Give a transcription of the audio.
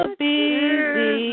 busy